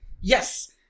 Yes